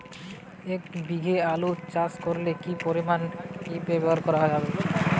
এক বিঘে আলু চাষ করলে কি পরিমাণ এন.পি.কে ব্যবহার করা যাবে?